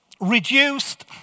reduced